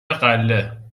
غله